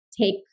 take